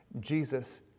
Jesus